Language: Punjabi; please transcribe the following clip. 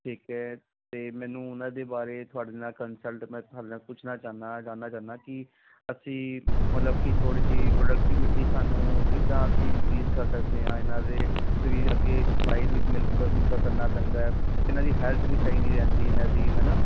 ਠੀਕ ਹੈ ਅਤੇ ਮੈਨੂੰ ਉਹਨਾਂ ਦੇ ਬਾਰੇ ਤੁਹਾਡੇ ਨਾਲ ਕੰਸਲਟ ਮੈਂ ਤੁਹਾਡੇ ਨਾਲ ਪੁੱਛਣਾ ਚਾਹੁੰਦਾ ਜਾਣਨਾ ਚਾਹੁੰਦਾ ਕਿ ਅਸੀਂ ਮਤਲਬ ਕਿ ਥੋੜ੍ਹੀ ਜਿਹੀ ਪ੍ਰੋਡਕਟੀਵਿਟੀ ਸਾਨੂੰ ਕਿੱਦਾਂ ਅਸੀਂ ਇੰਕਰੀਸ ਕਰ ਸਕਦੇ ਹਾਂ ਇਹਨਾਂ ਦੇ ਕਰੀਬ ਅੱਗੇ ਸਪਲਾਈ ਵਿਦ ਮਿਲਕ ਦਾ ਦੁੱਧ ਦਾ ਕਰਨਾ ਪੈਂਦਾ ਇਹਨਾਂ ਦੀ ਹੈਲਥ ਵੀ ਸਹੀ ਨਹੀਂ ਰਹਿੰਦੀ ਇਹਨਾਂ ਦੀ ਹੈ ਨਾ